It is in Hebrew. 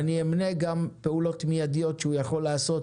ואני אמנה גם פעולות מיידיות שהוא יכול לעשות,